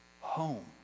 home